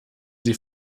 sie